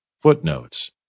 Footnotes